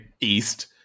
east